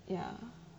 ya